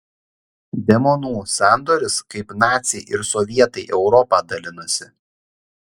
demonų sandoris kaip naciai ir sovietai europą dalinosi